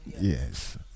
Yes